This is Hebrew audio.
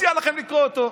מציע לכם לקרוא אותו.